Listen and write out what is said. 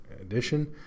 edition